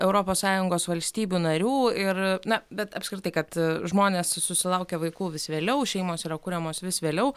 europos sąjungos valstybių narių ir na bet apskritai kad žmonės susilaukia vaikų vis vėliau šeimos yra kuriamos vis vėliau